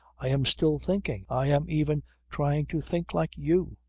i am still thinking. i am even trying to think like you.